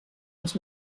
les